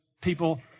people